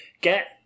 Get